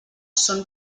són